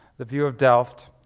the view of delft,